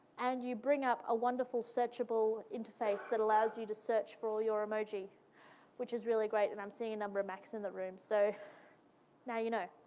and you bring up a wonderful searchable interface that allows you to search for ah your emoji which is really great, and i'm seeing a number of macs in the room, so now you know.